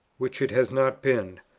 which it has not been,